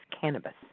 cannabis